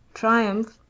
triumph,